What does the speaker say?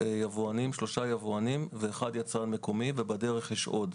שלושה יבואנים ויצרן מקומי אחד, ובדרך יש עוד.